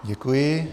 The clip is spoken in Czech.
Děkuji.